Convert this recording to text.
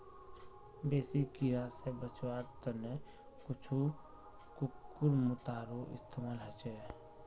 बेसी कीरा स बचवार त न कुछू कुकुरमुत्तारो इस्तमाल ह छेक